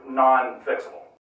non-fixable